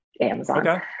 Amazon